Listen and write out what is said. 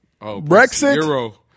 Brexit